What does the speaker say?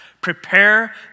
prepare